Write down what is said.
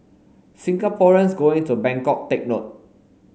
Singaporeans going to Bangkok take note